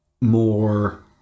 more